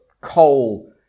Coal